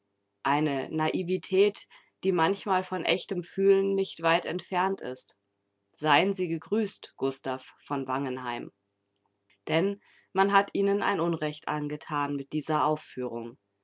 eine naivität die manchmal von echtem fühlen nicht weit entfernt ist seien sie gegrüßt gustav v wangenheim denn man hat ihnen ein unrecht angetan mit dieser aufführung